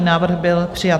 Návrh byl přijat.